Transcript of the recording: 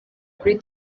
kuri